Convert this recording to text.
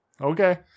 okay